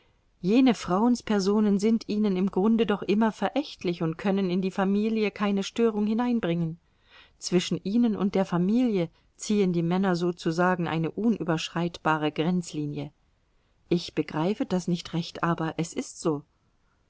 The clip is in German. jene frauenspersonen sind ihnen im grunde doch immer verächtlich und können in die familie keine störung hineinbringen zwischen ihnen und der familie ziehen die männer sozusagen eine unüberschreitbare grenzlinie ich begreife das nicht recht aber es ist so